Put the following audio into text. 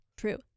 true